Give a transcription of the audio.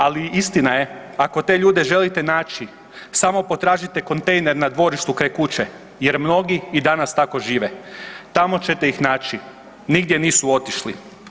Ali istina je ako te ljude želite naći, samo potražite kontejner na dvorištu kraj kuće jer mnogi i danas tako žive, tamo ćete ih naći nigdje nisu otišli.